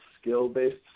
skill-based